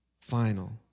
final